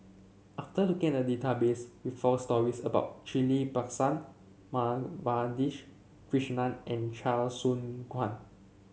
after looking a look at the database we found stories about Ghillie Bassan Madhavi Krishnan and Chia Choo Kuan